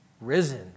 risen